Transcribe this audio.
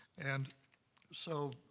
and so,